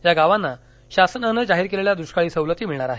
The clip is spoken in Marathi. या गावांना शासनानं जाहिर केलेल्या दुष्काळी सवलती मिळणार आहेत